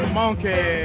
monkey